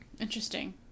Interesting